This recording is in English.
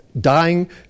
dying